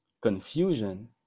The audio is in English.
Confusion